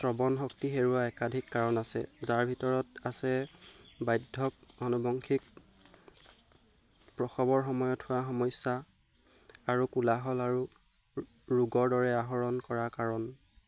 শ্ৰৱণ শক্তি হেৰুৱা একাধিক কাৰণ আছে যাৰ ভিতৰত আছে বাধ্যক অনুবংশিক প্ৰসৱৰ সময়ত হোৱা সমস্যা আৰু কোলাহল আৰু ৰো ৰোগৰ দৰে আহৰণ কৰা কাৰণ